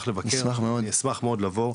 אני אשמח מאוד לבוא.